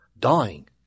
Dying